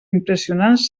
impressionants